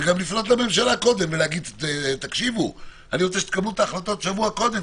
גם לפנות לממשלה קודם ולהגיד: תקבלו את ההחלטות שבוע קודם,